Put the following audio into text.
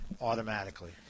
automatically